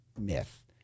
myth